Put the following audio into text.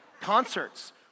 Concerts